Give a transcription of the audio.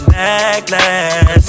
necklace